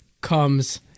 comes